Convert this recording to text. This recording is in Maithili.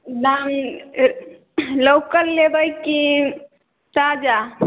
बामी अऽ लोकल लेबै कि ताजा